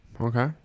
Okay